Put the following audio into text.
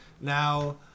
Now